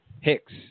Hicks